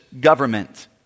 government